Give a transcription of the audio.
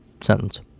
sentence